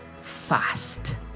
fast